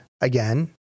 again